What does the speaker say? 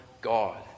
God